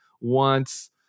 wants